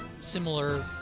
similar